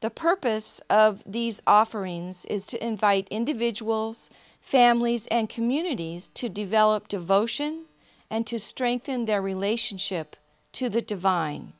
the purpose of these offerings is to invite individuals families and communities to develop devotion and to strengthen their relationship to the divine